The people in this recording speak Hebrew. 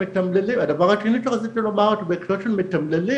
הדבר השני שרציתי לומר זה בהקשר של מתמללים,